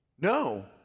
No